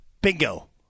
Bingo